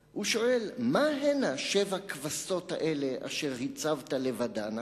הוא שואל: מה הנה שבע כבשות האלה אשר הצבת לבדנה?